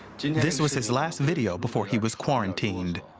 this was his last video before he was quarantined.